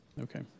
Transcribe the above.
Okay